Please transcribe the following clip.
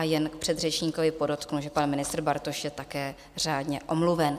Jen k předřečníkovi podotknu, že pan ministr Bartoš je také řádně omluven.